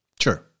Sure